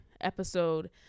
episode